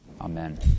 Amen